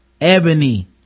Ebony